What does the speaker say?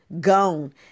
Gone